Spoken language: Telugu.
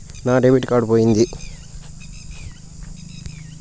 నా డెబిట్ కార్డు పోయింది